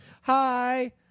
Hi